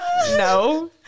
no